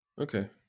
okay